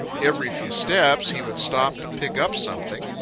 every few steps he would stop to pick up something,